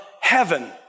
heaven